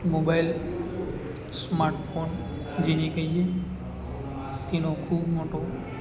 mobile smartphone જેને કહીએ તેનો ખૂબ મોટો